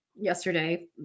yesterday